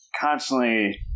constantly